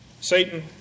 Satan